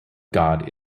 god